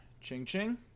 Ching-ching